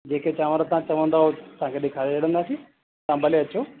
जेके चांवर तव्हां चवंदव तव्हां खे ॾेखारे वठंदासी तव्हां भले अचो